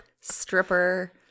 stripper